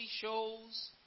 shows